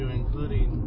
including